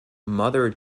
mother